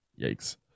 Yikes